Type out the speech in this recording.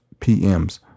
PMs